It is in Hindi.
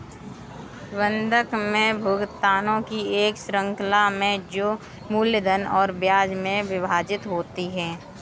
बंधक में भुगतानों की एक श्रृंखला में जो मूलधन और ब्याज में विभाजित होते है